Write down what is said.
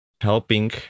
helping